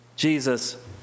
Jesus